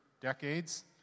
decades